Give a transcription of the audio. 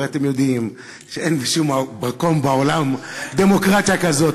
הרי אתם יודעים שאין בשום מקום בעולם דמוקרטיה כזאת,